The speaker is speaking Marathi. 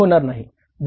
ते होणार नाही